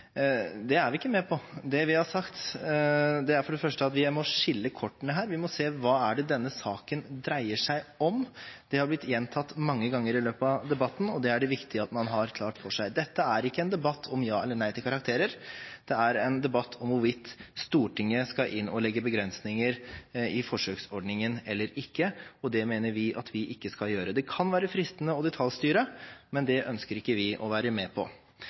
Det er vi ikke med på. Det vi har sagt, er for det første at vi må skille kortene her. Vi må se på hva denne saken dreier seg om. Det har blitt gjentatt mange ganger i løpet av debatten, og det er det viktig at man har klart for seg. Dette er ikke en debatt om ja eller nei til karakterer. Det er en debatt om hvorvidt Stortinget skal inn og legge begrensninger på forsøksordningen eller ikke. Det mener vi at vi ikke skal gjøre. Det kan være fristende å detaljstyre, men det ønsker ikke vi å være med på.